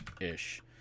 ish